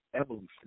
evolution